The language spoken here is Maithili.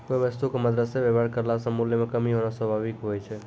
कोय वस्तु क मरदमे वेवहार करला से मूल्य म कमी होना स्वाभाविक हुवै छै